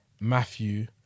Matthew